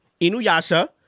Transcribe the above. Inuyasha